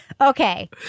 Okay